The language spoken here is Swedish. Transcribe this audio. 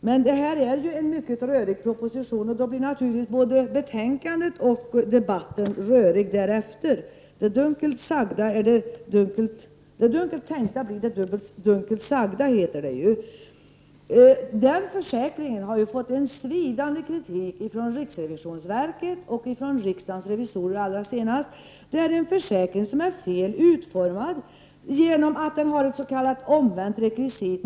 Men detta är en mycket rörig proposition, och då blir naturligtvis både betänkandet och debatten därefter röriga. Det dunkelt sagda är det dunkelt tänkta, heter det ju. Arbetsskadeförsäkringen har fått en svidande kritik från riksrevisionsverket, och allra senast från riksdagens revisorer. Det är en försäkring som är fel utformad genom att den har ett s.k. omvänt rekvisit.